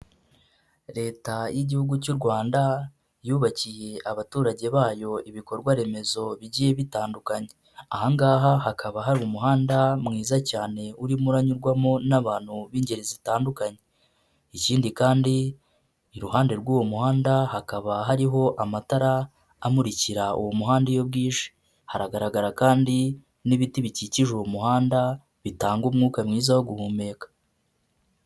Leta y'Igihugu cy'u Rwanda, yubakiye abaturage bayo ibikorwa remezo bigiye bitandukanye, aha ngaha hakaba hari umuhanda mwiza cyane urimo uranyurwamo n'abantu b'ingeri zitandukanye, ikindi kandi iruhande rw'uwo muhanda hakaba hariho amatara, amurikira uwo muhanda iyo bwije, hagaragara kandi n'ibiti bikikije uwo muhanda, bitanga umwuka mwiza wo guhumeka.